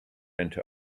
into